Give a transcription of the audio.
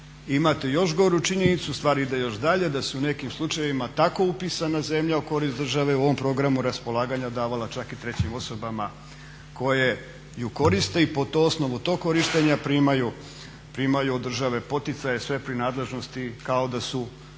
Imate još goru činjenicu, stvar ide još dalje, da su u nekim slučajevima tako upisana zemlja u korist države u ovom programu raspolaganja davala čak i trećim osobama koje ju koriste i po osnovu tog korištenja primaju od države poticaje, …/Govornik se